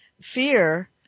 fear